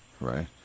right